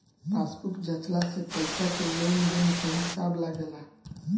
passbook जाँचला से पईसा के लेन देन के हिसाब लागेला